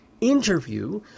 interview